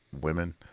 women